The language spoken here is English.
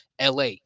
LA